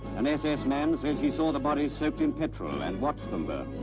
an ss man says he saw the bodies soaked in petrol and watched them burn.